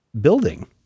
building